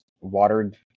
watered